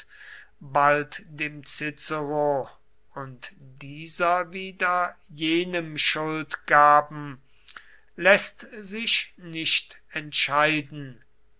bald dem cicero und diese wieder jenem schuld gaben läßt sich nicht entscheiden